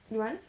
you want